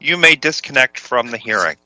you may disconnect from the hearing